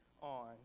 on